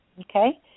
okay